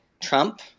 Trump